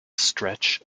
stretch